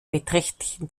beträchtlichen